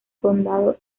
condado